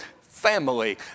family